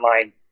online